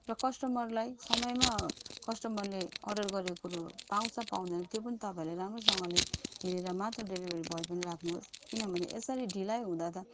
र कस्टमरलाई समयमा कस्टमरले अर्डर गरेको कुरो पाउँछ पाउँदैन त्यो पनि तपाईँहरूले राम्रोसँगले हेरेर मात्र डिलिभेरी बोय पनि राख्नुहोस् किनभने यसरी ढिलाइ हुँदा त